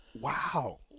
Wow